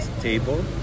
table